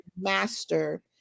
Master